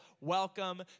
welcome